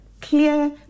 clear